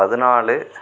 பதினாலு